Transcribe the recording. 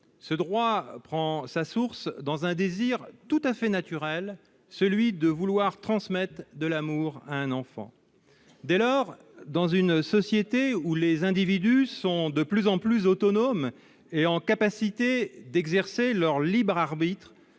ce droit prend sa source dans un désir tout à fait naturel, celui de transmettre de l'amour à un enfant. Dans une société où les individus sont de plus en plus autonomes et capables d'exercer leur libre arbitre,